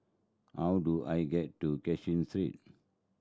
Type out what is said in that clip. how do I get to Cashin Street